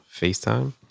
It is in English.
FaceTime